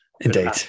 Indeed